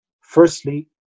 firstly